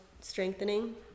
strengthening